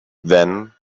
then